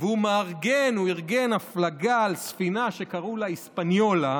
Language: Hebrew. והוא ארגן הפלגה על ספינה שקראו לה "היספניולה",